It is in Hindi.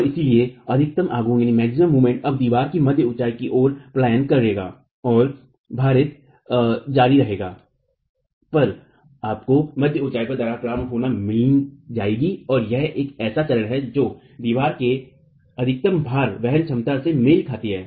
और इसिलए अधिकतम आघूर्ण अब दीवार की मध्य ऊँचाई की ओर पलायन करेगा और भारित जारी रहने पर आपको मध्य ऊँचाई पर दरार प्रारंभ होना मिल जाएगी और यह एक ऐसा चरण है जो दीवार की अधिकतम भार वहन क्षमता से मेल खाता है